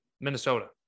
Minnesota